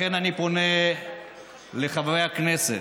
לכן, אני פונה לחברי הכנסת,